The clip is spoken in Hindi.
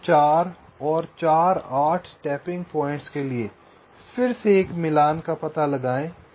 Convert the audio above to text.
इन 4 और 4 8 टैपिंग पॉइंट्स के लिए फिर से एक मिलान का पता लगाएं